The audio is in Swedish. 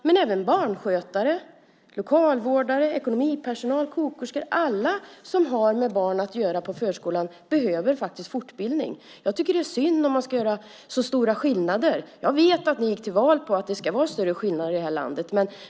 Men även barnskötare, lokalvårdare, ekonomipersonal, kokerskor - alla som har med barn att göra i förskolan - behöver fortbildning. Jag tycker att det är synd om man ska göra så stora skillnader. Jag vet att ni gick till val på att det ska vara större skillnader i det här landet.